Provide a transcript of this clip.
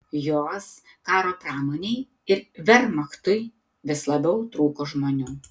jos karo pramonei ir vermachtui vis labiau trūko žmonių